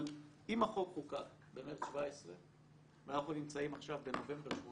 אבל אם החוק חוקק במרץ 2017 ואנחנו נמצאים עכשיו בנובמבר 2018